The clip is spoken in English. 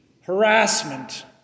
harassment